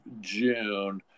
June